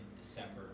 December